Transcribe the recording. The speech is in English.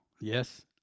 Yes